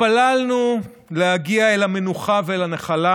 התפללנו להגיע אל המנוחה ואל הנחלה,